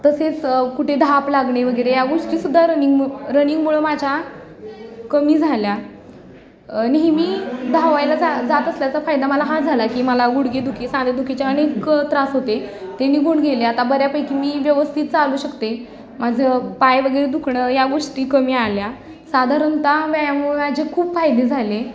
तसेच कुठे धाप लागणे वगेरे या गोष्टीसुद्धा रनिंग रनिंगमुळं माझ्या कमी झाल्या नेहमी धावायला जा जात असल्याचा फायदा मला हा झाला की मला गुडघेदुखी सांधेदुखीच्या अनेक त्रास होते ते निघून गेले आता बऱ्यापैकी मी व्यवस्थित चालू शकते माझं पाय वगैरे दुखणं या गोष्टी कमी आल्या साधारणत व्यायामामुळे माझे खूप फायदे झाले